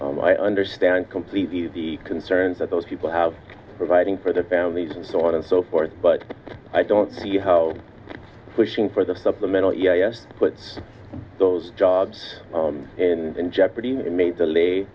drugs i understand completely the concerns that those people have providing for their families and so on and so forth but i don't see how pushing for the supplemental yes puts those jobs in jeopardy and made to la